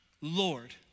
Lord